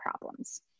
problems